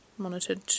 Monitored